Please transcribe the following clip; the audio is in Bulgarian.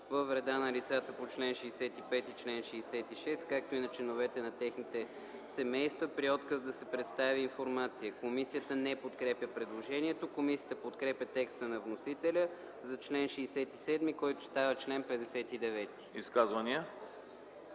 вреда на лицата по чл. 65 и чл. 66, както и на членовете на техните семейства, при отказ да се представи информация.” Комисията не подкрепя предложението. Комисията подкрепя текста на вносителя за чл. 67, който става чл. 59. ПРЕДСЕДАТЕЛ